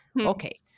okay